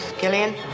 gillian